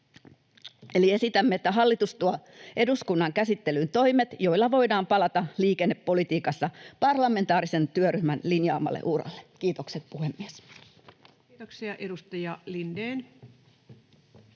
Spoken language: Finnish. eli esitämme, että hallitus tuo eduskunnan käsittelyyn toimet, joilla voidaan palata liikennepolitiikassa parlamentaarisen työryhmän linjaamalle uralle. — Kiitokset, puhemies. [Speech 11]